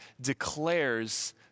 declares